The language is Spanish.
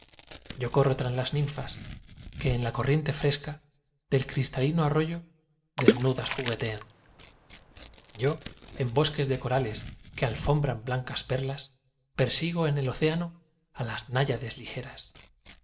yo corro tras las ninfas que en la corriente fresca del cristalino arroyo desnudas juguetean yo en bosques de corales que alfombran blancas perlas persigo en el océano las náyades ligeras